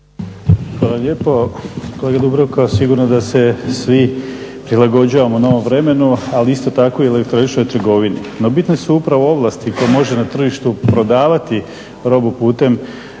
Hvala lijepo. Kolega Dubravko sigurno da se svi prilagođavamo novom vremenu ali isto tako i elektroničkoj trgovini. No, bitne su upravo ovlasti koje može na tržištu prodavati robu putem